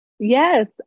Yes